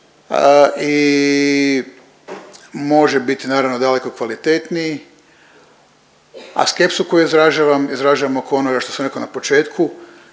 i može biti, naravno, daleko kvalitetniji, a skepsu koju izražavam, izražavam oko onoga što sam rekao na početku,